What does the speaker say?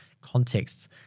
contexts